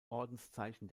ordenszeichen